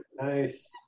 Nice